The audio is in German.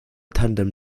tandem